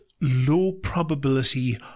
low-probability